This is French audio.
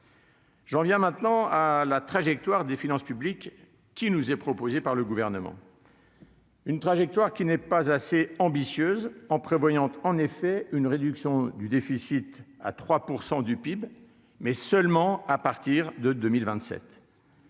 J'en viens maintenant à la trajectoire des finances publiques qui nous est proposé par le gouvernement. Une trajectoire qui n'est pas assez ambitieuse, en prévoyant en effet une réduction du déficit à 3 % du PIB mais seulement à partir de 2027.